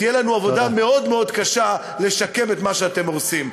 תהיה לנו עבודה מאוד מאוד קשה לשקם את מה שאתם הורסים.